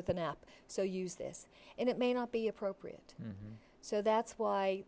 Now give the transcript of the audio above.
with an app so use this and it may not be appropriate so that's why